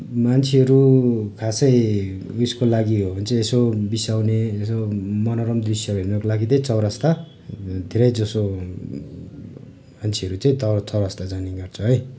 मान्छेहरू खासै उइसको लागि हो भने चाहिँ यसो बिसाउने यसो मनोरम दृश्यहरू हेर्नका लागि चाहिँ चोरस्ता धेरैजसो मान्छेहरू चाहिँ तल चौरस्ता जाने गर्छ है